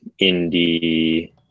indie